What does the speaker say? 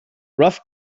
rough